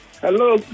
Hello